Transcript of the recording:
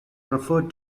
referred